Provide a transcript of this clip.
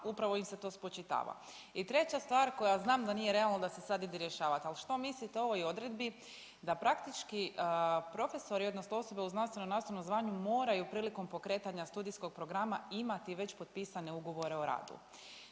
upravo im se to spočitava. I treća stvar koja znam da nije realno da se sad ide rješavat, al što mislite o ovoj odredbi da praktički profesori odnosno osobe u znanstveno nastavnom zvanju moraju prilikom pokretanja studijskog programa imati već potpisane ugovore o radu?